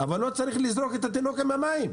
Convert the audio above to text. אבל לא צריך לזרוק את התינוק עם המים.